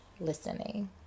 listening